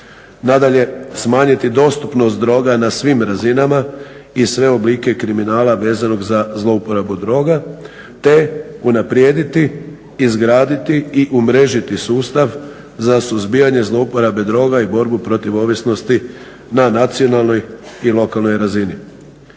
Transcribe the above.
Nadalje, smanjiti dostupnost droga na svim razinama i sve oblike kriminala vezanog za zlouporabu droga, te unaprijediti, izgraditi i umrežiti sustav za suzbijanje zlouporabe droga i borbu protiv ovisnosti na nacionalnoj i lokalnoj razini.